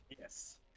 Yes